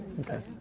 Okay